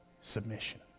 submission